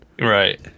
Right